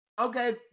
Okay